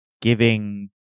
giving